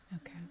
Okay